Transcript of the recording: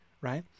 right